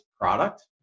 product